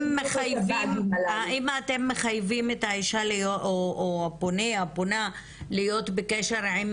האם מחייבים את הפּוֹנֶה או הפּוֹנָה להיות בקשר עם